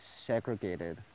segregated